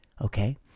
okay